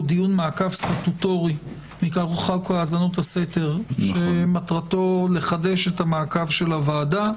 דיון מעקב סטטוטורי מכוח חוק האזנות הסתר שמטרתו לחדש את המעקב של הוועדה.